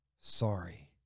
sorry